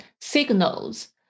signals